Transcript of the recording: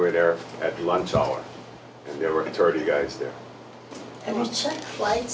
were there at the lunch hour and there were thirty guys there